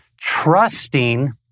trusting